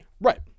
Right